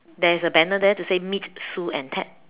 there's a banner there to say meet Sue and Ted